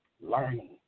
learning